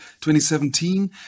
2017